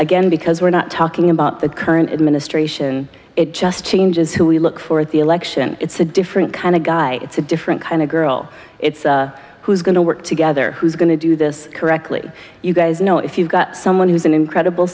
again because we're not talking about the current administration it just changes who we look for the election it's a different kind of guy it's a different kind of girl it's who's going to work together who's going to do this correctly you guys know if you've got someone who's an incredible